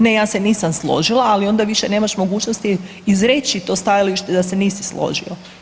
Ne ja se nisam složila ali onda više nemaš mogućnosti izreći to stajalište da se nisi složio.